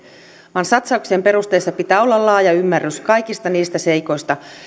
vaan satsauksien perusteissa pitää olla laaja ymmärrys kaikista niistä seikoista